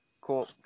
Cool